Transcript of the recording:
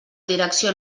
direcció